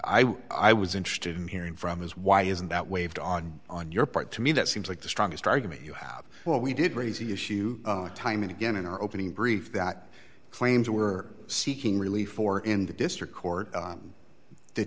was i was interested in hearing from is why isn't that waived on on your part to me that seems like the strongest argument you have well we did raise the issue time and again in our opening brief that claims were seeking relief or in the district court